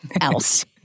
else